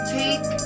take